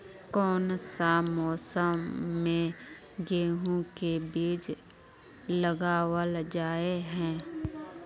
कोन सा मौसम में गेंहू के बीज लगावल जाय है